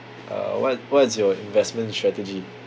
uh what what's your investment strategy